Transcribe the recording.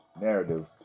narrative